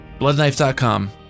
Bloodknife.com